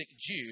Jew